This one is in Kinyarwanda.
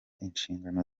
inshingano